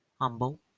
humble